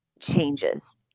changes